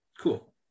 cool